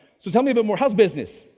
so tell me a bit more, how's business?